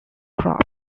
crop